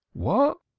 what?